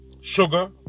sugar